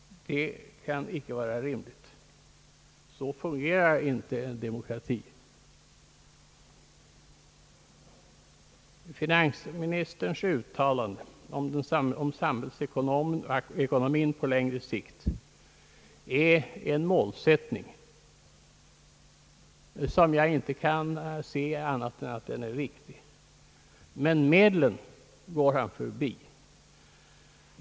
Så fungerar inte en demokrati. Finansministerns uttalande om samhällsekonomin på längre sikt är en målsättning, och jag kan inte se annat än att den är riktig. Men medlen går han förbi.